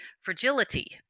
fragility